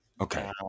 okay